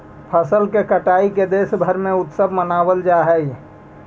फसल के कटाई के देशभर में उत्सव मनावल जा हइ